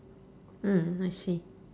mm I see